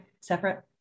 separate